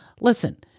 listen